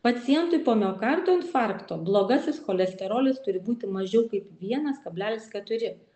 pacientui po miokardo infarkto blogasis cholesterolis turi būti mažiau kaip vienas kablelis keturi